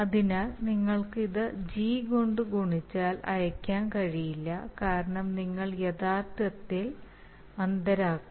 അതിനാൽ നിങ്ങൾക്ക് ഇത് ജി കൊണ്ട് ഗുണിച്ച് അയയ്ക്കാൻ കഴിയില്ല കാരണം നിങ്ങൾ യാഥാർത്ഥ്യത്തെ അന്ധരാക്കും